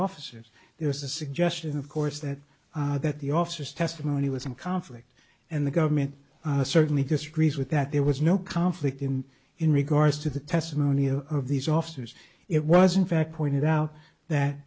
officers there's a suggestion of course that that the officers testimony was in conflict and the government certainly disagrees with that there was no conflict in in regards to the testimony of these officers it wasn't fact pointed out that